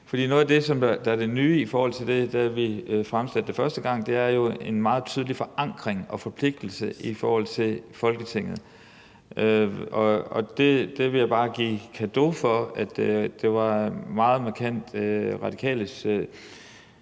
noget af det, der er det nye, i forhold til da vi fremsatte det første gang, er jo, at der er en meget tydelig forankring i og forpligtelse i forhold til Folketinget. Jeg vil bare give en cadeau for det. Det var Radikales